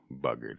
buggered